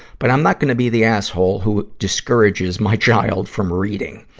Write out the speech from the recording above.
but i'm not gonna be the asshole who discourages my child from reading.